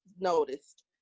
noticed